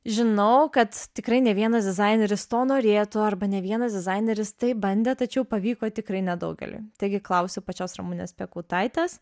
žinau kad tikrai ne vienas dizaineris to norėtų arba ne vienas dizaineris tai bandė tačiau pavyko tikrai nedaugeliui taigi klausiu pačios ramunės piekautaitės